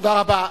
תודה רבה.